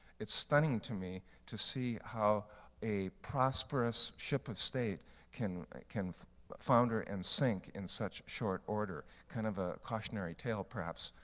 it's stunning to me to see how a prosperous ship of state can can flounder and sink in such short order. kind of a cautionary tale perhaps,